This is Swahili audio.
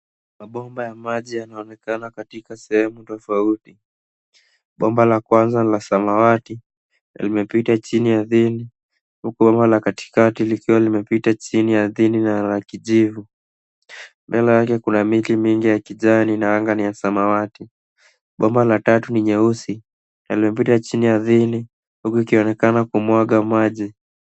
Mapomba ya maji yanaonekana katika sehemu tufouti. Bomba la Kwanza la samawati la samawati limepita chini ardhini huku bomba la katikati likiwa limepita chini ardhini mbele Yake kuna miti mingi ya kijani na anga ni ya samawati. Bomba la tatu ni nyeusi na linapita chini ardhini huku ikionekana kumwaka maji.